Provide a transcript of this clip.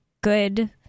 good